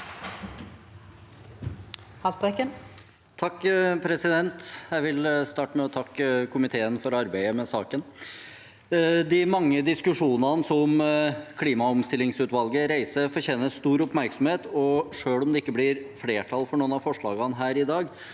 sa- ken): Jeg vil starte med å takke komiteen for arbeidet med saken. De mange diskusjonene klimaomstillingsutvalget reiser, fortjener stor oppmerksomhet, og selv om det ikke blir flertall for noen av forslagene her i dag,